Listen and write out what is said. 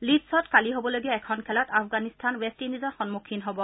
লীড্ছত কালি হ'বলগীয়া এখন খেলত আফগানিস্তান ৱেষ্ট ইণ্ডিজৰ সন্মুখীন হ'ব